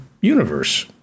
universe